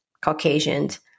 Caucasians